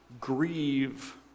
grieve